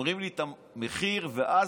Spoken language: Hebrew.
אומרים לי את המחיר ואז